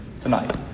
tonight